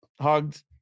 Hugged